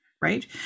right